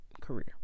career